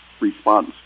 response